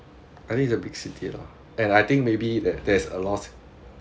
I think is a big city lah and I think maybe there there is a loss